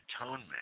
atonement